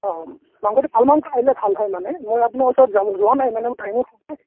অ মাংসটো ভাল মাংস আহিলে ভাল হয় মানে মই আপোনাৰ ওচৰত যোৱা নাই মানে মোৰ টাইমো নাই